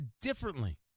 differently